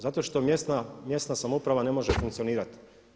Zato što mjesna samouprava ne može funkcionirat.